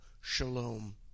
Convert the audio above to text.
shalom